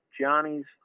Johnny's